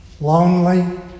lonely